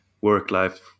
work-life